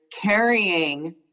carrying